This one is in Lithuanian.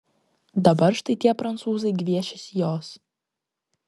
dabar štai tie prancūzai gviešiasi jos